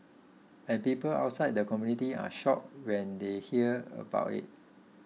and people outside the community are shocked when they hear about it